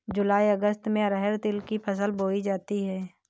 जूलाई अगस्त में अरहर तिल की फसल बोई जाती हैं